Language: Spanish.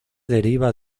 deriva